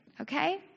Okay